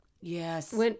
Yes